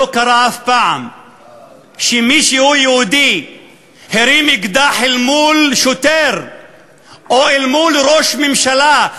לא קרה אף פעם שמישהו יהודי הרים אקדח אל מול שוטר או אל מול ראש ממשלה,